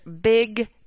big